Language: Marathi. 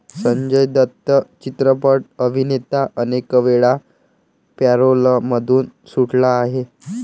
संजय दत्त चित्रपट अभिनेता अनेकवेळा पॅरोलमधून सुटला आहे